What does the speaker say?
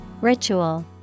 Ritual